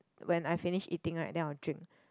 when I finish eating right then I'll drink